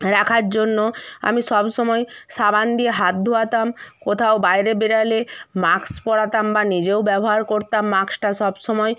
রাখার জন্য আমি সব সময় সাবান দিয়ে হাত ধোয়াতাম কোথাও বাইরে বেরালে মাস্ক পরাতাম বা নিজেও ব্যবহার করতাম মাক্সটা সব সময়